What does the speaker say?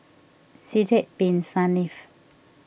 Sidek Bin Saniff